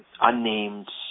unnamed